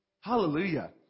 Hallelujah